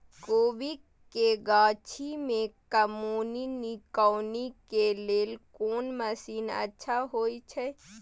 कोबी के गाछी में कमोनी निकौनी के लेल कोन मसीन अच्छा होय छै?